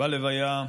בלוויה,